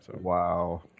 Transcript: Wow